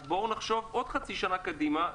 אז בואו נחשוב עוד חצי שנה קדימה.